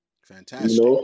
Fantastic